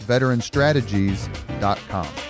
VeteranStrategies.com